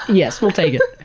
yes, we'll take it.